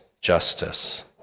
justice